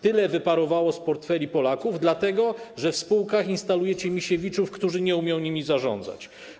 Tyle wyparowało z portfeli Polaków, dlatego że w spółkach instalujecie Misiewiczów, którzy nie umieją nimi zarządzać.